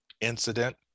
incident